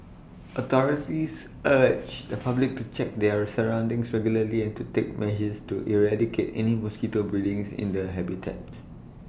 authorities urge the public to check their A surroundings regularly and to take measures to eradicate any mosquito breeding's in the habitats